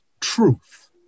truth